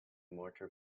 mortar